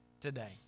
today